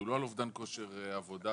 הוא לא על אובדן כושר עבודה,